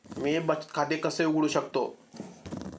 मी बचत खाते कसे उघडू शकतो?